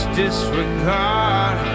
disregard